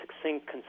succinct